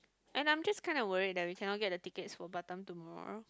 and I'm just kinda worried that we cannot get the tickets for Batam tomorrow